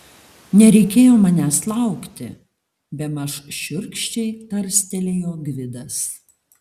nereikėjo manęs laukti bemaž šiurkščiai tarstelėjo gvidas